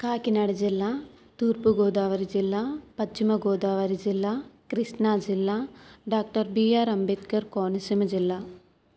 కాకినాడ జిల్లా తూర్పుగోదావరి జిల్లా పశ్చిమగోదావరి జిల్లా కృష్ణాజిల్లా డాక్టర్ బిఆర్ అంబేద్కర్ కోనసీమ జిల్లా